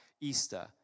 Easter